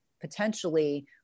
potentially